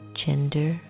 gender